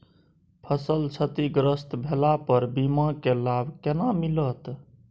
फसल क्षतिग्रस्त भेला पर बीमा के लाभ केना मिलत?